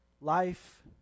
Life